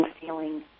feeling